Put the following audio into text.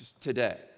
today